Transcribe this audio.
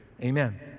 amen